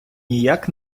ніяк